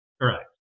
Correct